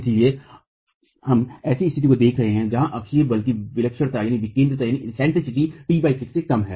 इसलिए हम ऐसी स्थिति को देख रहे हैं जहां अक्षीय बल की विलक्षणताविकेंद्रिता t 6 से कम हो